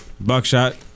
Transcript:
Buckshot